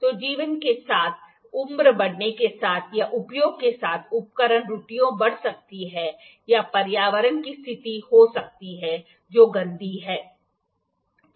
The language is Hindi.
तो जीवन के साथ उम्र बढ़ने के साथ या उपयोग के साथ उपकरण त्रुटियां बढ़ सकती हैं या पर्यावरण की स्थिति हो सकती है जो गंदी हैं